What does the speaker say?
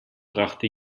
brachte